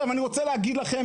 אני רוצה להגיד לכם